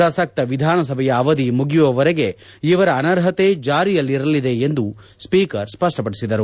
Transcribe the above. ಶ್ರಸಕ್ತ ವಿಧಾನಸಭೆಯ ಅವಧಿ ಮುಗಿಯುವವರೆಗೆ ಇವರ ಅನರ್ಹತೆ ಜಾರಿಯಲ್ಲಿರಲಿದೆ ಎಂದು ಸ್ಪಷ್ಟಪಡಿಬದರು